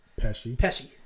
Pesci